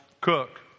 cook